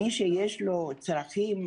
מי שיש לו צרכים